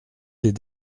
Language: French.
les